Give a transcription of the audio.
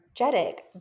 energetic